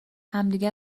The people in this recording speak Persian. همدیگه